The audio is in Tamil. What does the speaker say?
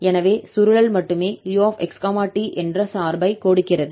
எனவே சுருளல் மட்டுமே 𝑢 𝑥 𝑡 என்ற சார்பை கொடுக்கிறது